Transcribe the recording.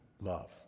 love